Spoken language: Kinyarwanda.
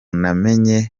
namenye